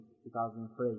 2003